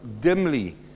dimly